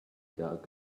dog